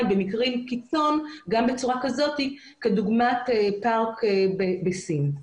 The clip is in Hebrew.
במקרי קיצון גם בצורה כזאת כדוגמת פארק בסין.